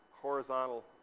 Horizontal